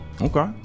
Okay